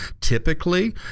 typically